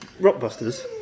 Rockbusters